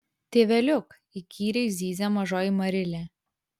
tėveliuk įkyriai zyzė mažoji marilė